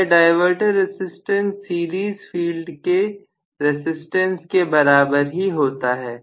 यह diverter resistance series field के resistance के बराबर ही होता है